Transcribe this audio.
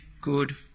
good